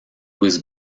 was